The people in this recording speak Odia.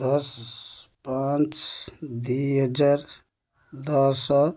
ଦଶ ପାଞ୍ଚ ଦୁଇ ହଜାର ଦଶ